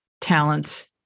talents